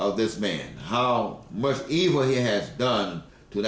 of this man how much evil he had done to